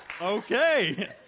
okay